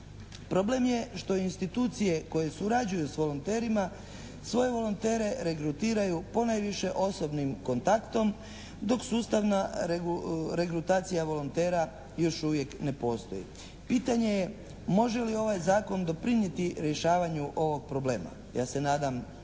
Problem je što institucije koje surađuju s volonterima svoje volontere regrutiraju ponajviše osobnim kontaktom dok sustavna regrutacija volontera još uvijek ne postoji. Pitanje je može li ovaj zakon doprinijeti rješavanju ovog problema. Ja se nadam da